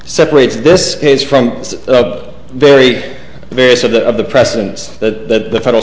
separates this case from the very various of the of the precedence that the federal